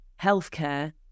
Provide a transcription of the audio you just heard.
healthcare